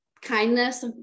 kindness